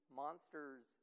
monsters